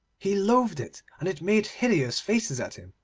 he loathed it, and it made hideous faces at him.